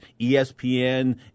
ESPN